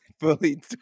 Fully